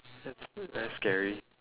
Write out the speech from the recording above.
that's that's scary